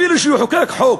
אפילו שיחוקק חוק,